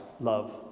love